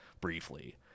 briefly